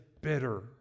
bitter